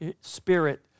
Spirit